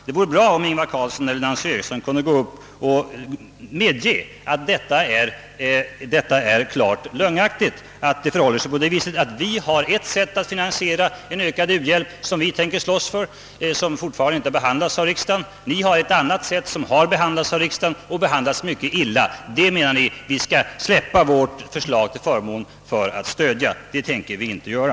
Det vore bra om Ingvar Carlsson eller Nancy Eriksson ville gå upp i talarstolen och medge att detta är klart lögnaktigt. Vi för vår del har ett sätt att finansiera en ökad u-hjälp — ett förslag som vi tänker slåss för och som ännu inte behandlats av riksdagen. Ni har ett annat sätt för finansieringen — det förslaget har behandlats av riksdagen och behandlats mycket illa. Ni menar att vi skall gå ifrån vårt förslag för att i stället stödja detta ert förslag. Det tänker vi inte göra.